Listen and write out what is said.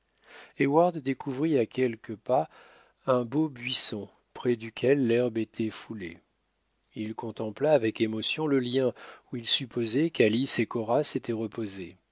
heyward découvrit à quelques pas un beau buisson près duquel l'herbe était foulée il contempla avec émotion le lieu où il supposait qu'alice et cora s'étaient reposées